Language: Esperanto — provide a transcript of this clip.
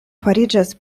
fariĝas